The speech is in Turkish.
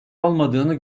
olmadığını